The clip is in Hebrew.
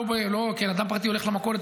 אדם פרטי הולך למכולת,